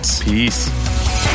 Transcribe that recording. Peace